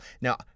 Now